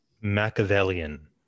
Machiavellian